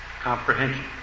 comprehension